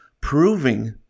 proving